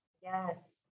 Yes